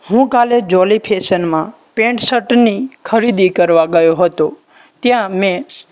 હું કાલે જોલી ફેશનમાં પેન્ટ શટની ખરીદી કરવા ગયો હતો ત્યાં મેં